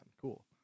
Cool